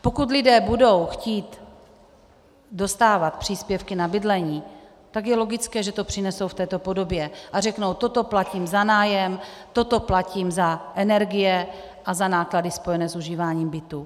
Pokud lidé budou chtít dostávat příspěvky na bydlení, tak je logické, že to přinesou v této podobě a řeknou: toto platím za nájem, toto platím za energie a za náklady spojené s užíváním bytu.